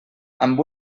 amb